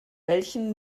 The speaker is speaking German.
welchen